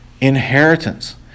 Inheritance